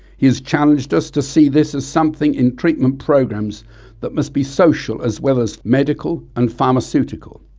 he has challenged us to see this as something in treatment programs that must be social as well as medical and pharmaceutical,